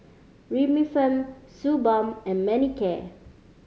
Remifemin Suu Balm and Manicare